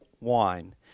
wine